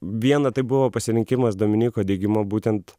vieną tai buvo pasirinkimas dominyko digimo būtent